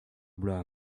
bloaz